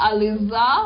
Aliza